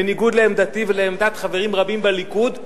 בניגוד לעמדתי ולעמדת חברים רבים בליכוד,